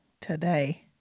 today